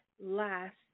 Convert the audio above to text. last